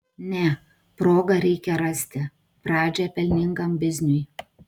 ne progą reikia rasti pradžią pelningam bizniui